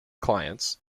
clients